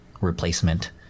replacement